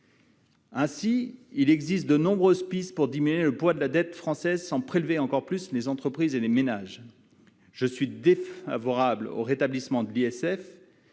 marge. Il existe de nombreuses pistes pour diminuer le poids de la dette française sans prélever toujours plus sur les entreprises et les ménages. Je suis défavorable au rétablissement de l'ISF,